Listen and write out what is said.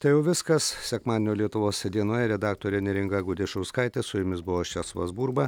tai jau viskas sekmadienio lietuvos dienoje redaktorė neringa gudišauskaitė su jumis buvau aš česlovas burba